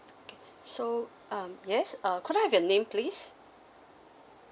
so um yes um could I have your name please